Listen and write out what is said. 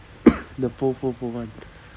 the fold fold fold [one]